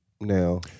now